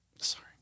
sorry